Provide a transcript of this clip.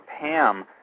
Pam